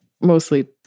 mostly